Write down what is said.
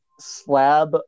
slab